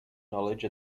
knowledge